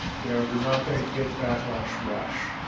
you know, you're not going to get that lunch rush.